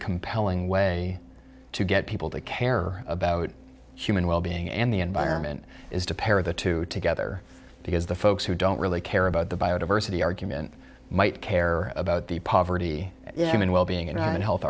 compelling way to get people to care about human well being and the environment is to pair of the two together because the folks who don't really care about the biodiversity argument might care about the poverty human well being and